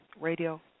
Radio